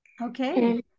Okay